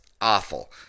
awful